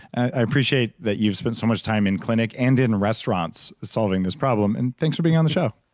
i appreciate that you've spent so much time in clinic and in restaurants solving this problem. and thanks for being on the show